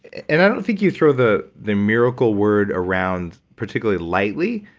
and i don't think you throw the the miracle word around particularly lightly,